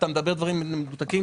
אתה מדבר דברים מנותקים.